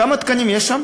וכמה תקנים יש שם?